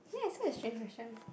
ya ya she has a question